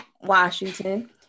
Washington